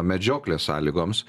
medžioklės sąlygoms